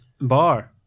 bar